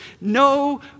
no